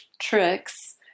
tricks